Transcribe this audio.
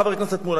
חבר הכנסת מולה,